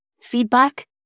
feedback